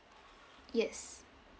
yes